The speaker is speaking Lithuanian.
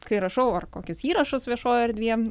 kai rašau ar kokius įrašus viešojoj erdvėje